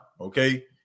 okay